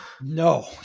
No